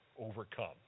overcome